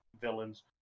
villains